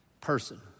person